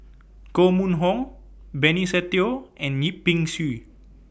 Koh Mun Hong Benny Se Teo and Yip Pin Xiu